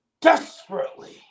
desperately